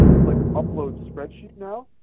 click upload spreadsheet now.